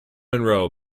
monroe